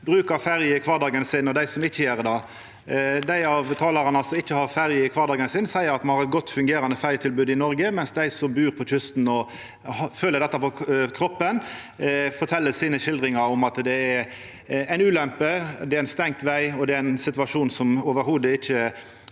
brukar ferje i kvardagen sin, og dei som ikkje gjer det. Dei av talarane som ikkje har ferje i kvardagen sin, seier at me har eit godt fungerande ferjetilbod i Noreg, mens dei som bur på kysten og føler dette på kroppen, fortel i skildringane sine om at det er ei ulempe, ein stengd veg og ein situasjon som overhovudet ikkje